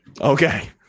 Okay